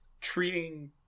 treating